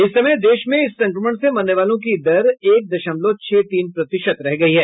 इस समय देश में इस संक्रमण से मरने वालों की दर एक दशमलव छह तीन प्रतिशत रह गई है